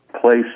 place